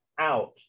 out